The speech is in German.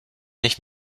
nicht